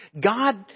God